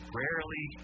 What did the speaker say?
rarely